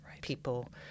People